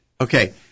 okay